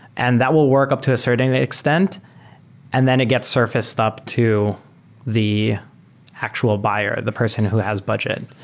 and that will work up to a certain extent and then it get surfaced up to the actual buyer, the person who has budget.